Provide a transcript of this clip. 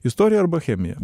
istorija arba chemija